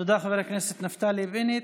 תודה, חבר הכנסת נפתלי בנט.